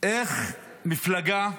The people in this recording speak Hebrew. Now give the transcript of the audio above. איך מפלגה שלך,